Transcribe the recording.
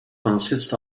consist